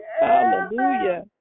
Hallelujah